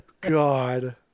God